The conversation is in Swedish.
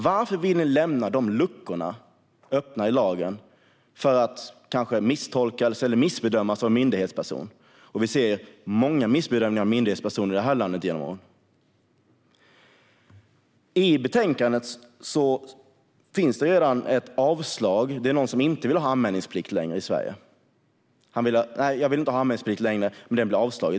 Varför vill ni lämna öppna luckor i lagen så att den kan misstolkas eller missbedömas av en myndighetsperson? Vi har sett många myndighetspersoner i Sverige göra missbedömningar under åren. I betänkandet finns exempel på någon som inte längre vill ha anmälningsplikt i Sverige men har fått avslag.